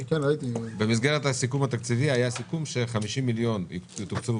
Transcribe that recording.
במסגרת הסיכום התקציבי היה סיכום ש-50 מיליון יתוקצבו